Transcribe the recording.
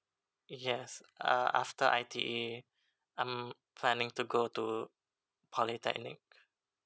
yes uh after I T E I'm planning to go to polytechnic